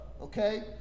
Okay